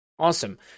Awesome